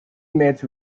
met